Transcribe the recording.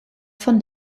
von